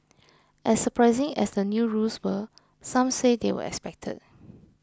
as surprising as the new rules were some say they were expected